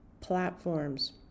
platforms